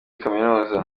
kaminuza